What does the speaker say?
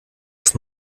erst